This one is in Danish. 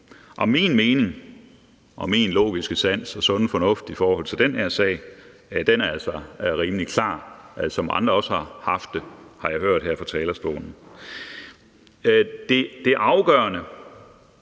og min mening og min logiske sans og sunde fornuft i forhold til den her sag, er altså rimelig klar, som den også er hos andre, der har stået her på talerstolen. Det afgørende